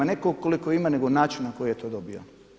Ne tko koliko ima nego način na koji je to dobio.